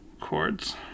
chords